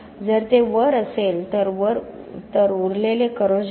जर ते वर असेल तर उरलेले करोजन आहे